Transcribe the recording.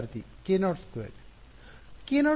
ವಿದ್ಯಾರ್ಥಿ k02